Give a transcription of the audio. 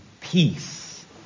peace